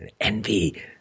Envy